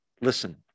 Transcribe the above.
Listen